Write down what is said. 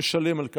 ומשלם על כך.